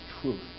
truth